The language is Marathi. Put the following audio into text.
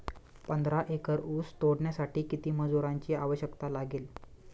पंधरा एकर ऊस तोडण्यासाठी किती मजुरांची आवश्यकता लागेल?